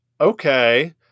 Okay